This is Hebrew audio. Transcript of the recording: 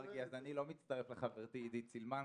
אני לא מצטרף לחברתי עידית סילמן.